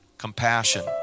compassion